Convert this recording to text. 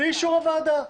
בלי אישור הוועדה.